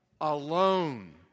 alone